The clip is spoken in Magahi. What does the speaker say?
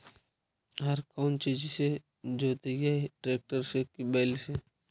हर कौन चीज से जोतइयै टरेकटर से कि बैल से?